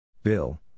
Bill